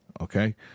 okay